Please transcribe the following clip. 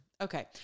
Okay